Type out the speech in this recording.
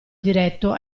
diretto